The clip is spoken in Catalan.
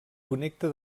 connecta